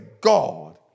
God